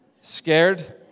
Scared